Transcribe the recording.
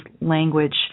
language